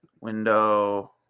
window